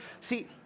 See